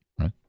right